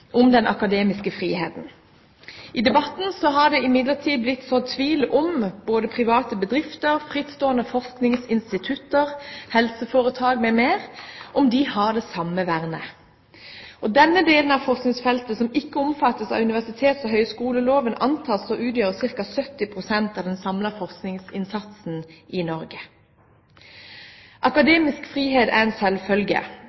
om den akademiske friheten. I debatten har det imidlertid blitt sådd tvil om hvorvidt private bedrifter, frittstående forskningsinstitutter, helseforetak m.m. har det samme vernet. Denne delen av forskningsfeltet som ikke omfattes av universitets- og høyskoleloven, antas å utgjøre ca. 70 pst. av den samlede forskningsinnsatsen i Norge.